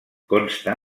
consta